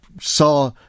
saw